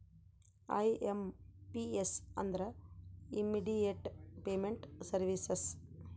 IMPS ಅಂದ್ರ immediate payment services